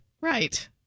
Right